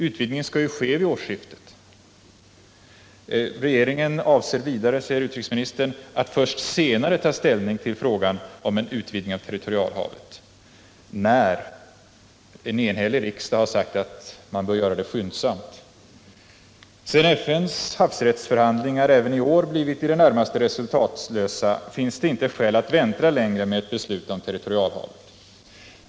Utvidgningen skall ju ske vid årsskiftet! Regeringen avser vidare, säger utrikesministern, att först senare ta ställning till frågan om en utvidgning av territorialhavet. När? En enhällig riksdag har sagt att man bör göra det skyndsamt. Sedan FN:s havsrättsförhandlingar även i år blivit i det närmaste resultatlösa finns det inte skäl att vänta längre med beslut om territorialhavet.